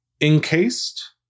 Encased